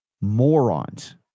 morons